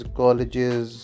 colleges